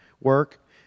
work